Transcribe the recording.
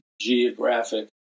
geographic